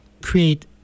create